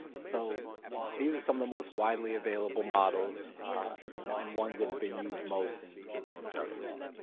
so you know these are some of the most widely available models you know and ones that have been used most in juvenile justice.